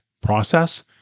process